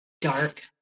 dark